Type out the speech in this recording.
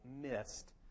missed